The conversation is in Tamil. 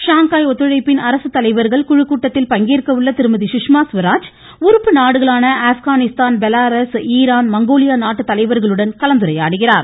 ஷாங்காய் ஒத்துழைப்பின் அரசு தலைவர்கள் குழு கூட்டத்தில் பங்கேற்க உள்ள திருமதி சுஷ்மா சுவராஜ் உறுப்பு நாடுகளான அப்கானிஸ்தான் பெலாரஸ் ஈரான் மங்கோலியா நாட்டு தலைவர்களுடன் கலந்துரையாடுகிறார்